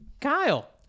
Kyle